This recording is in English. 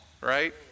right